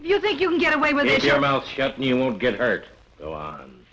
if you think you can get away with your mouth shut and you won't get hurt